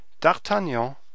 D'Artagnan